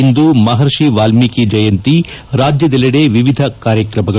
ಇಂದು ಮಹರ್ಷಿ ವಾಲ್ಮೀಕಿ ಜಯಂತಿ ರಾಜ್ಯದೆಲ್ಲೆಡೆ ವಿವಿಧ ಕಾರ್ಯಕ್ರಮಗಳು